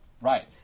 Right